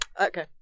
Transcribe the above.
Okay